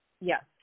Yes